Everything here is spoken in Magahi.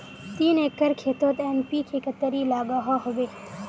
तीन एकर खेतोत एन.पी.के कतेरी लागोहो होबे?